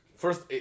First